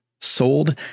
sold